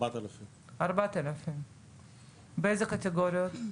4,000. באיזה קטגוריות?